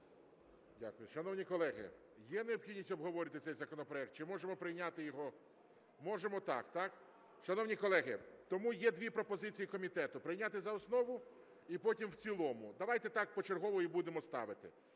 Дякую. Шановні колеги, є необхідність обговорювати цей законопроект чи можемо прийняти його? Можемо, так? Шановні колеги, тому є дві пропозиції комітету: прийняти за основу і потім – в цілому. Давайте так почергово і будемо ставити.